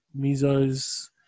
Mizo's